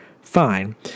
Fine